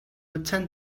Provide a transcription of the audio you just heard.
attend